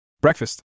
Breakfast